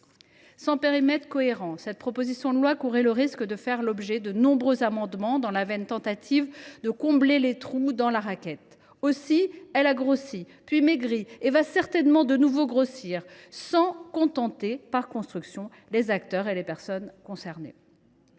Sans périmètre cohérent, cette proposition de loi courait le risque de faire l’objet de nombreux amendements, dans la vaine tentative de combler les trous dans la raquette. Aussi a t elle grossi, puis maigri, et va t elle certainement de nouveau grossir, sans contenter, par construction, les acteurs et les personnes concernées.